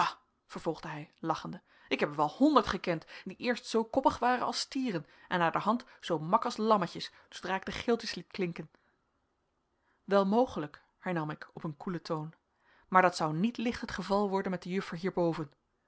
vervolgde hij lachende ik heb er wel honderd gekend die eerst zoo koppig waren als stieren en naderhand zoo mak als lammetjes zoodra ik de geeltjes liet klinken wel mogelijk hernam ik op een koelen toon maar dat zou niet licht het geval worden met de juffer